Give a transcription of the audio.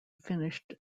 finished